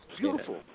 beautiful